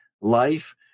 life